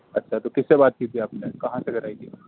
اچھا تو کس سے بات کی تھی آپ نے کہاں سے کرائی تھی